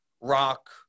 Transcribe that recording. rock